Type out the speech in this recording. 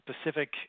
specific